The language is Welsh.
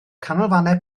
canolfannau